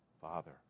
Father